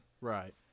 right